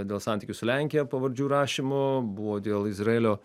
dėl santykių su lenkija pavardžių rašymo buvo dėl izraelio